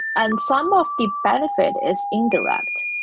and some of the benefit is indirect.